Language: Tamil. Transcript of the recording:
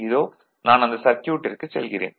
இதோ நான் அந்த சர்க்யூட்டிற்குச் செல்கிறேன்